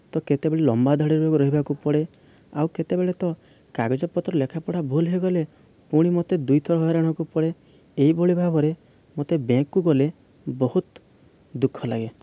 ତ କେତେବେଳେ ଲମ୍ବା ଧାଡ଼ିରେ ରହିବାକୁ ପଡ଼େ ଆଉ କେତେବେଳେ ତ କାଗଜପତ୍ର ଲେଖାପଢ଼ା ଭୁଲ ହୋଇଗଲେ ପୁଣି ମୋତେ ଦୁଇଥର ହଇରାଣ ହେବାକୁ ପଡ଼େ ଏହିଭଳି ଭାବରେ ମୋତେ ବ୍ୟାଙ୍କକୁ ଗଲେ ବହୁତ ଦୁଃଖ ଲାଗେ